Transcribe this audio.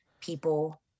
people